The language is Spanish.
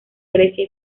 grecia